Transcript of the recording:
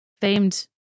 famed